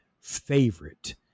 favorite